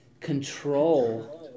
control